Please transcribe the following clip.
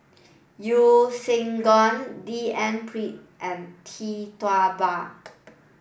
Yeo Siak Goon D N Pritt and Tee Tua Ba